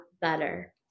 better